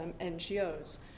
NGOs